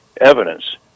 evidence